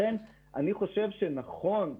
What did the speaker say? לכן אני חושב שנכון,